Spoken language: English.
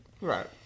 Right